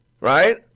right